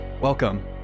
Welcome